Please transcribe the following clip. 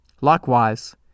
Likewise